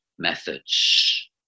methods